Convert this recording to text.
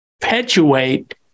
perpetuate